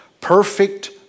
perfect